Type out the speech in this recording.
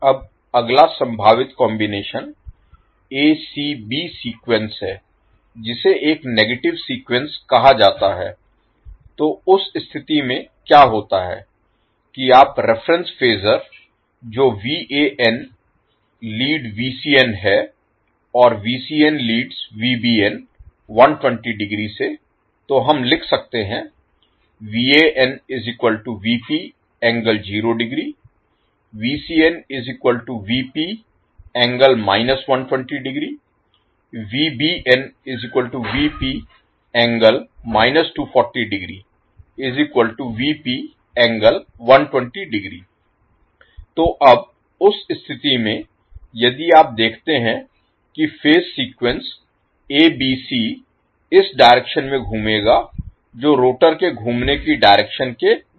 अब अगला संभावित कॉम्बिनेशन acb सीक्वेंस है जिसे एक नेगेटिव सीक्वेंस कहा जाता है तो उस स्थिति में क्या होता है कि आप रिफरेन्स फ़ेसर जो लीड है और लीड 120 डिग्री से तो हम लिख सकते हैं तो अब उस स्थिति में यदि आप देखते हैं कि फेज सीक्वेंस abc इस डायरेक्शन में घूमेगा जो रोटर के घूमने की डायरेक्शन के विपरीत है